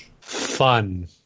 fun